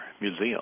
Museum